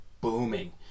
booming